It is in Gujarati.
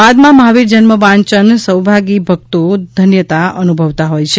બાદમાં મહાવીર જન્મ વાંચન સૌભાગી ભકતો ધન્યતા અનુભવતા હોય છે